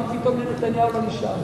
רק פתאום לנתניהו לא נשאר.